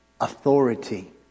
authority